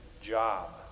job